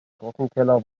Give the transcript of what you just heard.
trockenkeller